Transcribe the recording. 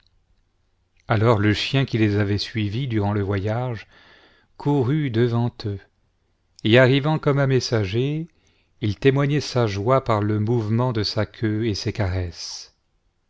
alors le chien qui les avait suivis durant le voyage courut devant eux et arrivant comme un messager il témoignait sa joie par le mouvement de ba queue et ses caresses